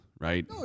right